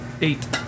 Eight